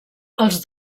els